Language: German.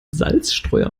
salzstreuer